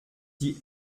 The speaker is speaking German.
die